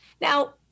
Now